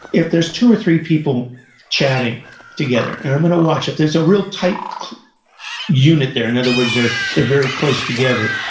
if there's two or three people chatting together, and i'm going to watch if there's a real tight unit there. in and other words, they're they're very close together,